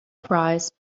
price